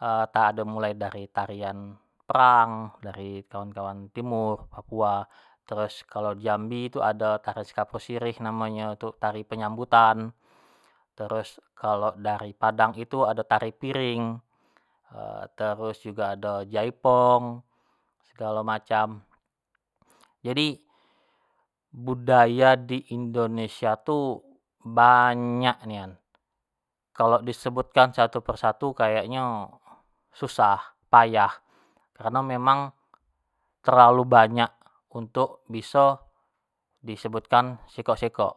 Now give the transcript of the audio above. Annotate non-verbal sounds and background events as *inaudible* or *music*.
entah ado mulai dari tarian perang dari kawan-kawan timur, papua, dari jambi tu ado tarian sekapur sirih namonyo tu tari penyambutan, terus kalo dari padang tu ado tari piring *hesitation* terus jugo ado jaipong, segalo macam, jadi budaya di indonesia tu, banyak nian, kalo sebutkan satu-satu tu susah, payah, kareno memang terlau banyak untuk biso disebutkan sikok-sikok.